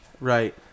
right